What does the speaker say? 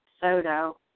Soto